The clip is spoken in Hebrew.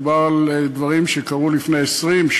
מדובר בדברים שקרו לפני 20,